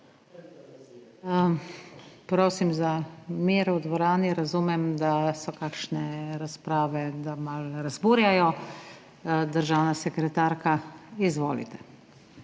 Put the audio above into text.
Prosim za mir v dvorani. Razumem, da so kakšne razprave, ki malo razburjajo. Državna sekretarka, izvolite.